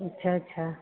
अच्छा अच्छा